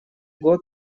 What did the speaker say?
год